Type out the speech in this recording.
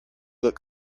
look